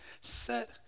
set